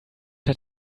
der